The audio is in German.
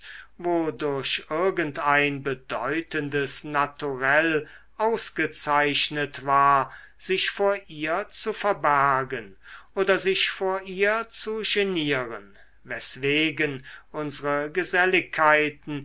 wodurch irgend ein bedeutendes naturell ausgezeichnet war sich vor ihr zu verbergen oder sich vor ihr zu genieren weswegen unsere geselligkeiten